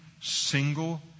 single